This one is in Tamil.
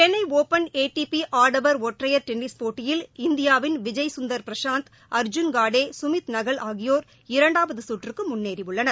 சென்னை ஒப்பன் ஏடிபி ஆடவர் ஒற்றையர் டென்னிஸ் போட்டியில் இந்தியாவின் விஜய் சுந்தர் பிரசாந்த் அர்ஜுன் காடே சுமித்நகல் ஆகியோர் இரண்டாவது சுற்றுக்கு முன்னறேயுள்ளனர்